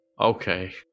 Okay